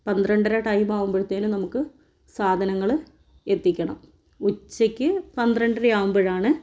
പന്ത്രണ്ടര ടൈമാവുമ്പോഴത്തേനും നമുക്ക് സാധനങ്ങൾ എത്തിക്കണം ഉച്ചയ്ക്ക് പന്ത്രണ്ടര ആവുമ്പഴാണ്